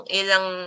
ilang